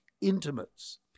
intimates